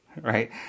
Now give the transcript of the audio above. right